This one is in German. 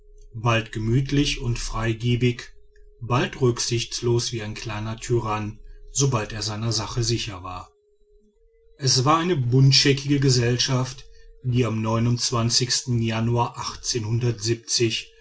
bald gemütlich und freigebig bald rücksichtslos wie ein kleiner tyrann sobald er seiner sache sicher war es war eine buntscheckige gesellschaft die am januar